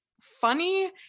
funny